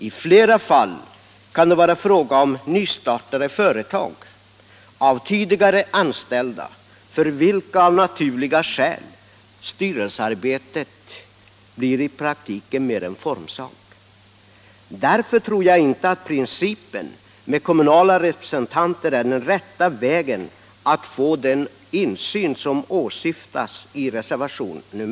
I flera fall kan det vara fråga om företag som nystartats av tidigare anställda, för vilka av naturliga skäl styrelsearbetet i praktiken mera blir en formsak. Därför tror jag inte att principen med kommunala representanter är den rätta vägen att få den insyn som åsyftas i reservationen 3.